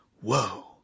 whoa